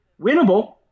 Winnable